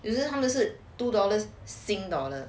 还是他们是 two dollars sing dollar